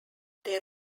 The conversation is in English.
their